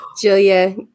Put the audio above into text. Julia